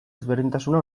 ezberdintasuna